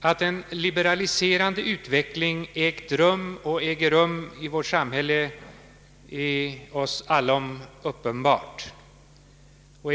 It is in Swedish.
Att en liberaliserande utveckling ägt och äger rum är oss allom uppenbart.